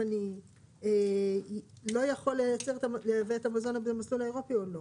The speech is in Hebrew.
אם אני לא יכול לייבא את המזון במסלול האירופי או לא,